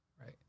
right